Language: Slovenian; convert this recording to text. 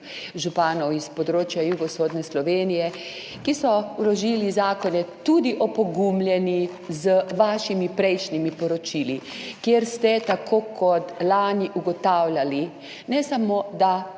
županov s področja jugovzhodne Slovenije, ki so vložili zakone, tudi opogumljeni z vašimi prejšnjimi poročili, kjer ste, tako kot lani, ugotavljali ne samo, da